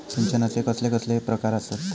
सिंचनाचे कसले कसले प्रकार आसत?